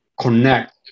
connect